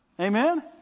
Amen